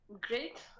Great